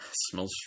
Smells